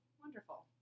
Wonderful